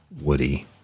Woody